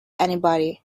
anybody